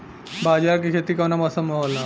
बाजरा के खेती कवना मौसम मे होला?